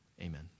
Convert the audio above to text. Amen